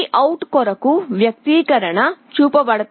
V OUT కొరకు వ్యక్తీకరణ చూపబడతాయి